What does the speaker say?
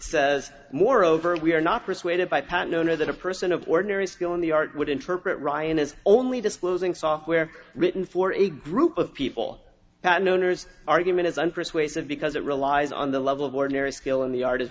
says moreover we are not persuaded by pattern owner that a person of ordinary skill in the art would interpret ryan as only disclosing software written for a group of people that no owner's argument is unpersuasive because it relies on the level of ordinary skill in the ar